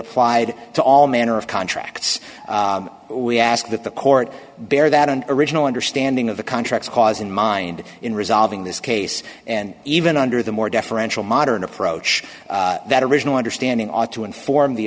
applied to all manner of contracts we ask that the court bear that an original understanding of the contracts cause in mind in resolving this case and even under the more deferential modern approach that original understanding ought to inform the